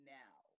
now